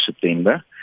September